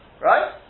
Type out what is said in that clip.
Right